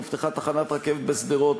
נפתחה תחנת רכבת בשדרות,